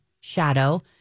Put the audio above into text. shadow